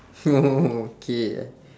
oh okay